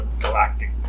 galactic